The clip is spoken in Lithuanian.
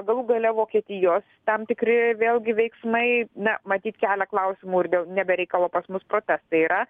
galų gale vokietijos tam tikri vėlgi veiksmai na matyt kelia klausimų ir dėl ne be reikalo pas mus protestai yra